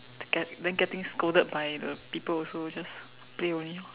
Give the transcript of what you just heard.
get then getting scolded by the people also just play only